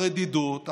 הרדידות,